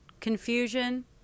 confusion